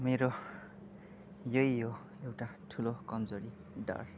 मेरो यही हो एउटा ठुलो कमजोरी डर